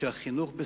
מתברר שהחינוך,